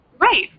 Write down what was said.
Right